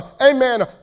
amen